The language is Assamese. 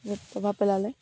প্ৰভাৱ পেলালে